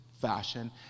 fashion